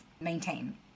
maintain